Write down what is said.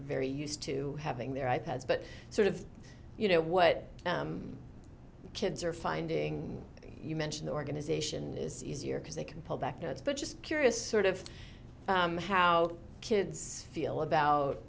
very used to having their i pads but sort of you know what kids are finding you mentioned organization is easier because they can pull back notes but just curious sort of how kids feel about